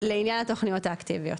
לעניין התוכניות האקטיביות,